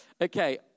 Okay